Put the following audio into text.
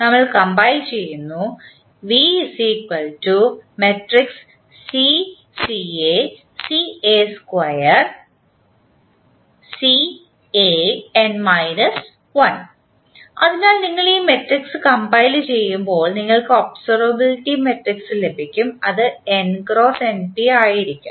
നമ്മൾ കംപൈൽ ചെയ്യുന്നു അതിനാൽ നിങ്ങൾ ഈ മട്രിക്സ് കംപൈൽ ചെയ്യുമ്പോൾ നിങ്ങൾക്ക് ഒബ്സെർവബലിറ്റി മട്രിക്സ് ലഭിക്കും അത് n × np ആയിരിക്കും